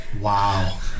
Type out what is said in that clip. Wow